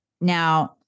Now